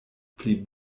pli